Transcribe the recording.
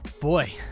Boy